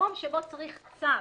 במקום שבו צריך צו,